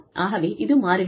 ஆகவே இது மாறுகிறது